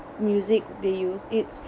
music they use it's